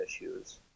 issues